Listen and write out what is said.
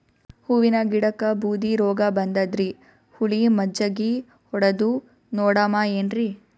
ಹೂವಿನ ಗಿಡಕ್ಕ ಬೂದಿ ರೋಗಬಂದದರಿ, ಹುಳಿ ಮಜ್ಜಗಿ ಹೊಡದು ನೋಡಮ ಏನ್ರೀ?